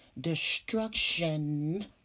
destruction